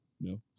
no